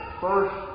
First